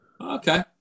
Okay